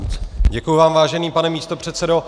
Děkuji vám, vážený pane místopředsedo.